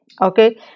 okay